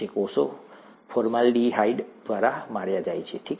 કોષો ફોર્માલ્ડિહાઇડ દ્વારા માર્યા જાય છે ઠીક છે